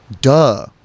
Duh